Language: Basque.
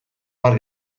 bat